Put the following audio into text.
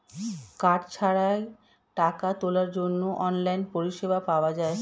card ছাড়াই টাকা তোলার জন্য অনলাইন পরিষেবা পাওয়া যায়